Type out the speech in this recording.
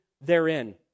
therein